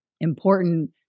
important